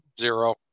zero